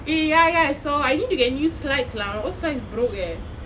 eh ya ya I saw I need to get new slides lah my old slides broke eh